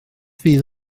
fydd